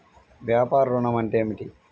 వ్యాపార ఋణం అంటే ఏమిటి?